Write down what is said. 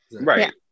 Right